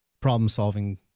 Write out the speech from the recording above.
problem-solving